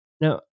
Now